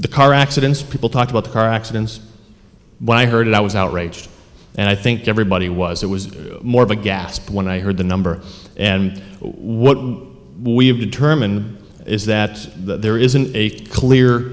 the car accidents people talk about car accidents when i heard it i was outraged and i think everybody was it was more of a gasp when i heard the number and what we have determined is that there isn't a clear